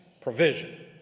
provision